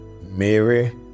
Mary